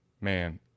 man